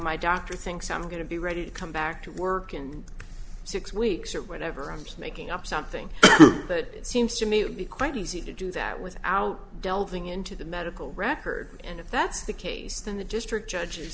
my doctor thinks i'm going to be ready to come back to work in six weeks or whatever i'm just making up something that seems to me to be quite easy to do that without delving into the medical records and if that's the case then the district judges